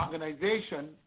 organization